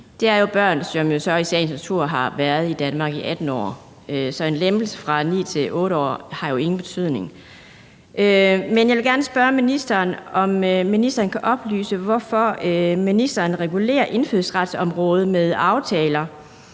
er børn, som i sagens natur har været i Danmark i 18 år. Så en lempelse fra 9 til 8 år har jo ingen betydning. Jeg vil gerne spørge ministeren, om ministeren kan oplyse, hvorfor ministeren regulerer indfødsretsområdet med aftaler,